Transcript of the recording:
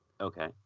Okay